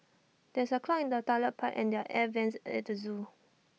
there's A clog in the Toilet Pipe and their air Vents at at the Zoo